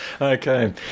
Okay